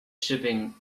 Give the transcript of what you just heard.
shipping